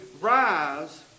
rise